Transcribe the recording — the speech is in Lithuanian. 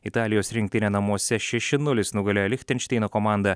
italijos rinktinė namuose šeši nulis nugalėjo lichtenšteino komandą